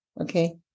Okay